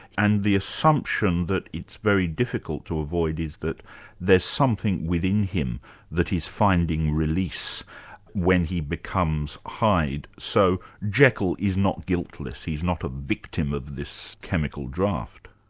and the assumption that it's very difficult to avoid is that there's something within him that is finding release when he becomes hyde. so jekyll is not guiltless, he's not a victim of this chemical draught.